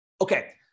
Okay